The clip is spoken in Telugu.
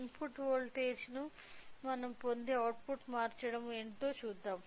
ఇన్పుట్ వోల్టేజ్ను మనం పొందే అవుట్పుట్ మార్చడం ఏమిటో చూద్దాం